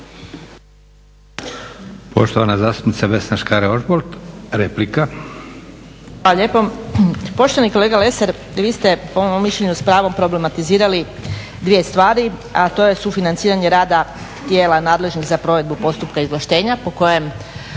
Poštovana zastupnica Vesna Škare-Ožbolt, replika.